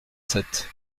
sept